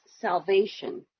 salvation